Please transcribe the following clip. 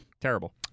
Terrible